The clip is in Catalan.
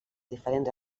diferents